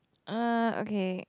uh okay